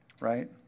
right